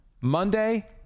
Monday